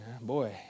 Boy